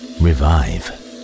revive